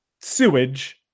sewage